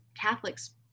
Catholics